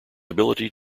ability